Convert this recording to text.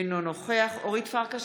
אינו נוכח אורית פרקש